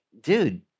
dude